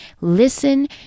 listen